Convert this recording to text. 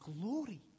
glory